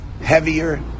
heavier